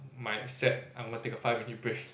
my set I'm gonna take a five minute break